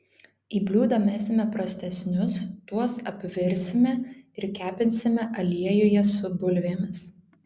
į bliūdą mesime prastesnius tuos apvirsime ir kepinsime aliejuje su bulvėmis